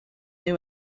new